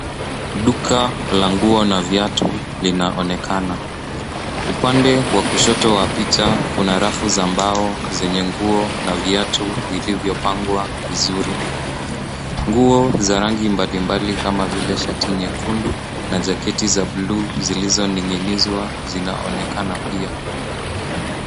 Duka la nguo na viatu linaonekana. Upande wa kushoto wa picha kuna rafu za mbao zenye nguo na viatu vilivyopangwa vizuri. Nguo za rangi mbalimbali kama vile shati nyekundu na jaketi za buluu zilizoning'inizwa zinaonekana pia.